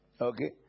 Okay